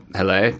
Hello